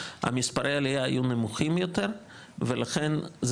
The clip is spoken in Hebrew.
מספרי העלייה יהיו נמוכים יותר ולכן זה